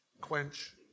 Quench